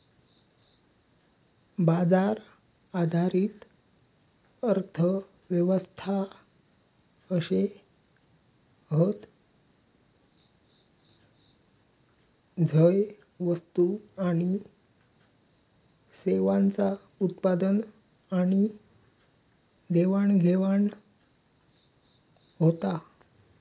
बाजार आधारित अर्थ व्यवस्था अशे हत झय वस्तू आणि सेवांचा उत्पादन आणि देवाणघेवाण होता